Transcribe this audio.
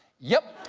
yep.